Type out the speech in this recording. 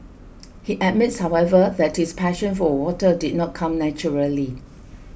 he admits however that his passion for water did not come naturally